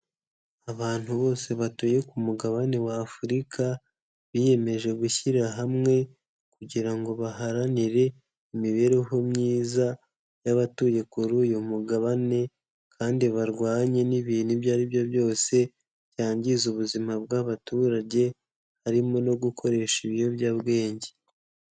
Abantu bose batuye ku mugabane wa Afurika, biyemeje gushyira hamwe kugira ngo baharanire imibereho myiza y'abatuye kuri uyu mugabane kandi barwanye n'ibintu ibyo ari byo byose byangiza ubuzima bw'abaturage harimo no gukoresha ibiyobyabwenge.